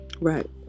right